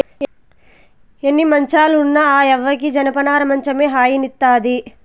ఎన్ని మంచాలు ఉన్న ఆ యవ్వకి జనపనార మంచమే హాయినిస్తాది